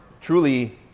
truly